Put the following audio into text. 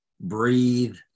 breathe